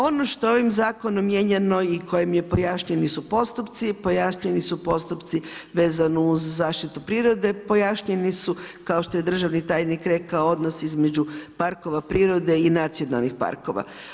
Ono što je ovim zakonom mijenjano i kojim pojašnjeni su postupci, pojašnjeni su postupci vezano uz zaštitu prirode, pojašnjeni su kao što je državni tajnik rekao odnos između parkova prirode i nacionalnih parkova.